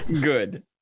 Good